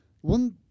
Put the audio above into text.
one